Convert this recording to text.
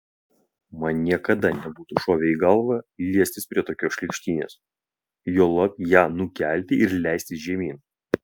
man niekada nebūtų šovę į galvą liestis prie tokios šlykštynės juolab ją nukelti ir leistis žemyn